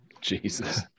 Jesus